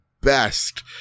best